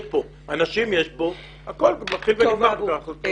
יש כאן את האנשים והכול מתחיל ונגמר בתוכניות.